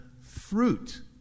fruit